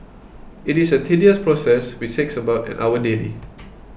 it is a tedious process which takes about an hour daily